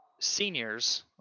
seniors